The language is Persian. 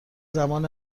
زمان